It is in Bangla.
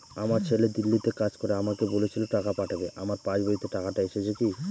আমার ছেলে দিল্লীতে কাজ করে আমাকে বলেছিল টাকা পাঠাবে আমার পাসবইতে টাকাটা এসেছে কি?